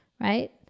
right